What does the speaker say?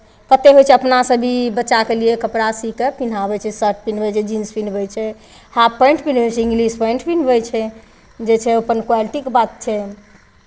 कतेक होइ छै अपनासँ भी बच्चाके लिए कपड़ा सी कऽ पेन्हाबै छै शर्ट पेन्हबै छै जींस पेन्हबै छै हॉफ पैंट पेन्हबै छै इंग्लिश पैंट पेन्हबै छै जे छै अपन क्वालिटीके बात छै